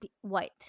white